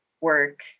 work